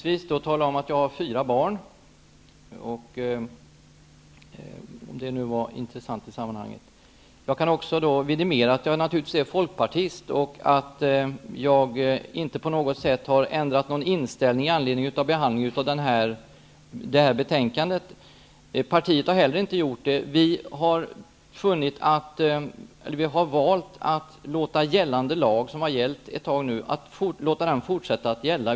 Herr talman! Upplysningsvis kan jag tala om att jag har fyra barn. Jag kan också vidimera att jag är folkpartist och att jag inte på något sätt har ändrat inställning i anledning av behandlingen av det här betänkandet. Folkpartiet har inte heller ändrat inställning. Vi har valt att låta gällande lag -- den har gällt ett tag nu -- fortsätta att gälla.